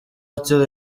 hotel